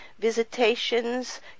Visitations